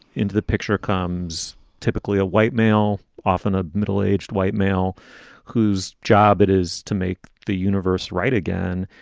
into the picture comes typically a white male, often a middle aged white male whose job it is to make the universe right again.